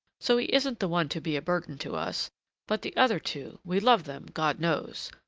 so he isn't the one to be a burden to us but the other two we love them, god knows!